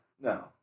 No